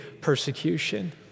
persecution